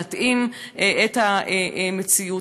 להתאים את המציאות.